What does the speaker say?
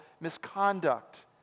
misconduct